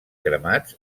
cremats